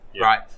Right